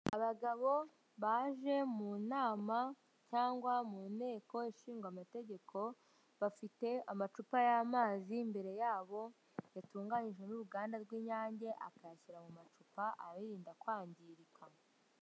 Abagabo baje mu nama cyangwa mu nteko ishingwa amategeko, bafite amacupa y'amazi imbere yabo yatunganyijwe n'uruganda rw'Inyange akayashyira mu macupa ayirinda kwangirika.